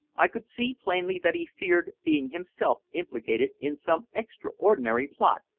i could see plainly that he feared being himself implicated in some extraordinary plot,